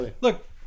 look